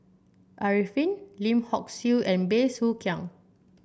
Arifin Lim Hock Siew and Bey Soo Khiang